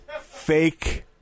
Fake